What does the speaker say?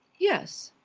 yes.